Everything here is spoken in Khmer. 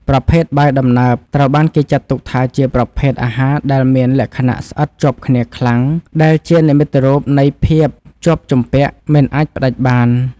ប្រភេទបាយដំណើបត្រូវបានគេចាត់ទុកថាជាប្រភេទអាហារដែលមានលក្ខណៈស្អិតជាប់គ្នាខ្លាំងដែលជានិមិត្តរូបនៃភាពជាប់ជំពាក់មិនអាចផ្ដាច់បាន។